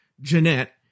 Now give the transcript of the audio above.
Jeanette